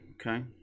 okay